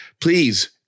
Please